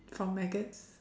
for maggots